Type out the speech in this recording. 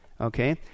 okay